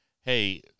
hey